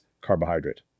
carbohydrate